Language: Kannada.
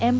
ಎಂ